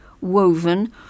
woven